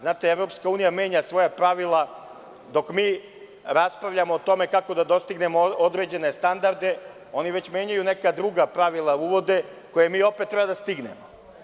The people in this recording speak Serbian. Znate, EU menja svoja pravila dok mi raspravljamo o tome kako da dostignemo određene standarde, oni već menjaju neka druga pravila, uvode, koje mi opet treba da stignemo.